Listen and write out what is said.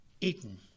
eaten